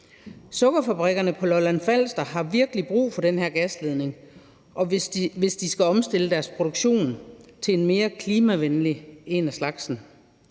Sukkerfabrikkerne på Lolland-Falster har virkelig brug for den her gasledning, hvis de skal omstille deres produktion til en mere klimavenlig en af slagsen,